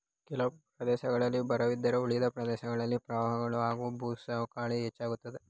ಕೆಲ ಪ್ರದೇಶದಲ್ಲಿ ಬರವಿದ್ದರೆ ಉಳಿದ ಪ್ರದೇಶದಲ್ಲಿ ಪ್ರವಾಹಗಳು ಹಾಗೂ ಭೂಸವಕಳಿಗಳು ಹೆಚ್ಚಾಗ್ತವೆ